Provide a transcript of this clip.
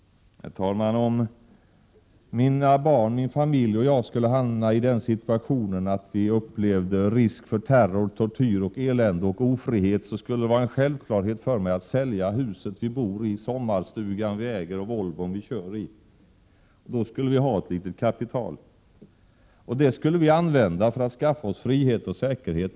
Herr talman! Om min familj och jag skulle hamna i den situationen att vi upplevde risk för terror, tortyr, elände och ofrihet skulle det vara en självklarhet för mig att sälja huset vi bor i, sommarstugan vi äger och Volvon vi kör i för att få ett litet kapital. Det skulle vi använda för att skaffa oss frihet och säkerhet.